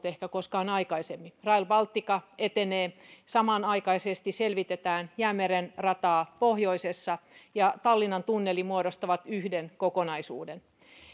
ehkä koskaan aikaisemmin rail baltica etenee samanaikaisesti selvitetään jäämeren rataa pohjoisessa ja ne ja tallinnan tunneli muodostavat yhden kokonaisuuden